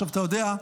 אתה יודע,